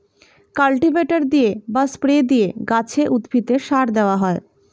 cultivator দিয়ে বা spray দিয়ে গাছে, উদ্ভিদে সার দেওয়া হয়